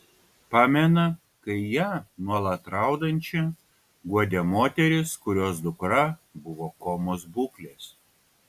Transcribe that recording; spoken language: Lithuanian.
pamena kai ją nuolat raudančią guodė moteris kurios dukra buvo komos būklės